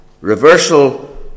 reversal